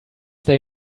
they